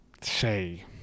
say